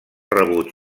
rebuig